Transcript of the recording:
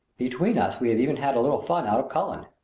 between us we have even had a little fun out of cullen.